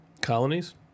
Colonies